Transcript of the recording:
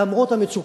למרות המצוקות,